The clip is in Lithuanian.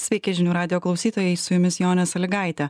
sveiki žinių radijo klausytojai su jumis jonė sąlygaitė